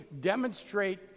demonstrate